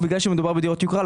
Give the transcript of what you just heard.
בגלל שמדובר בדירות יוקרה,